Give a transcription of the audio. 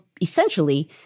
essentially